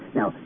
Now